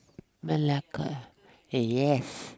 Malacca hey yes